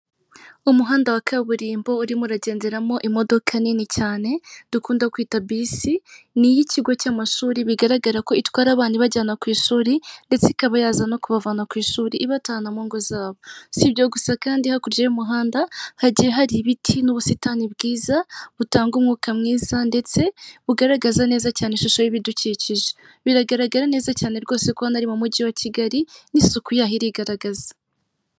Umuhanda wa kaburimbo urimo uragenderamo imodoka nini cyane dukunda kwita bisi, ni iy'ikigo cy'amashuri bigaragara ko itwara abana ibajyana ku ishuri ndetse ikaba yaza no kubavana ku i ishuri ibat mu ngo zabo. Si ibyo gusa kandi hakurya y'umuhanda hajye hari ibiti n'ubusitani bwiza butanga umwuka mwiza ndetse bugaragaza neza cyane ishusho y'ibidukikije biragaragara neza cyane rwose ko nari mu mujyi wa Kigali n'isuku yayo irigaragaza.